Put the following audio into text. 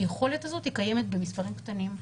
היכולת הזאת קיימת במספרים קטנים.